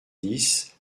dix